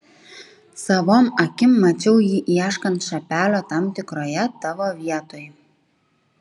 savom akim mačiau jį ieškant šapelio tam tikroje tavo vietoj